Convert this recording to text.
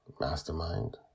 Mastermind